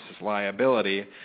liability